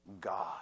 God